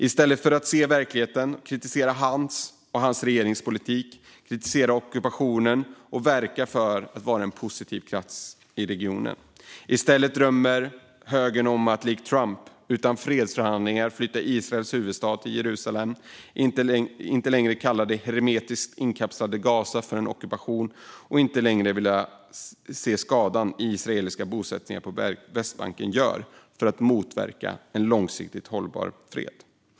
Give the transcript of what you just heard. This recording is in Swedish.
I stället för att se verkligheten och kritisera hans och hans regerings politik och ockupationen och verka för att Sverige ska vara en positiv kraft i regionen drömmer högern om att likt Trump utan fredsförhandlingar flytta Israels huvudstad till Jerusalem. Man vill inte längre kalla den hermetiska inkapslingen av Gaza för en ockupation och inte längre se skadan israeliska bosättningar på Västbanken gör för att motverka en långsiktigt hållbar fred.